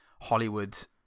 hollywood